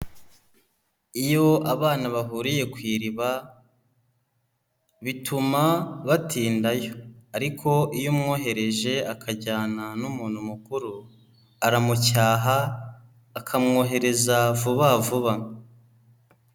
Iyo abana bahuriye ku iriba, bituma batindayo ariko iyo umwohereje akajyana n'umuntu mukuru aramucyaha, akamwohereza vuba vuba.